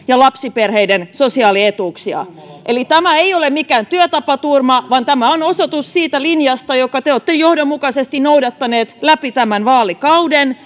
ja lapsiperheiden sosiaalietuuksia eli tämä ei ole mikään työtapaturma vaan tämä on osoitus siitä linjasta jota te olette johdonmukaisesti noudattaneet läpi tämän vaalikauden